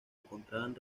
encontraban